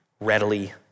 Readily